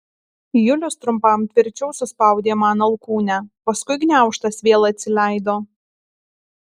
julius trumpam tvirčiau suspaudė man alkūnę paskui gniaužtas vėl atsileido